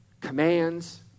commands